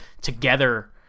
together